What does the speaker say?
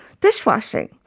dishwashing